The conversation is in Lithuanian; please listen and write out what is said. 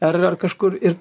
ar ar kažkur ir